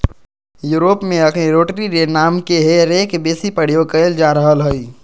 Europe में अखनि rotary रे नामके हे रेक बेशी प्रयोग कएल जा रहल हइ